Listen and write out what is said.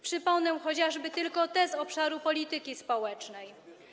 Przypomnę chociażby tylko te z obszaru polityki społecznej.